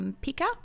picker